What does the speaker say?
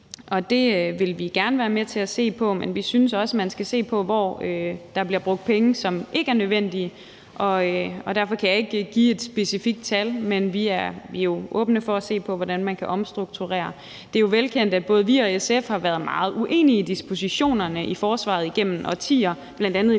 Det vil vi gerne være med til at se på. Men vi synes også, at man skal se på, hvor der bliver brugt penge, som ikke er nødvendige. Derfor kan jeg ikke give et specifikt tal. Men vi er jo åbne for at se på, hvordan man kan omstrukturere. Det er jo velkendt, at både vi og SF har været meget uenige i dispositionerne i forsvaret igennem årtier, bl.a. i forhold